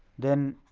then